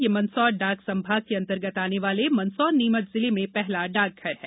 यह मंदसौर डाक संभाग के अंतर्गत आने वाले मंदसौर नीमच जिले में पहला डाकघर है